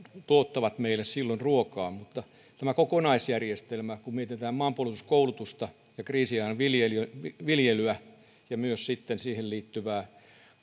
tuottavat meille silloin ruokaa mutta tässä kokonaisjärjestelmässä kun mietitään maanpuolustuskoulutusta ja kriisiajan viljelyä ja myös sitten siihen liittyvää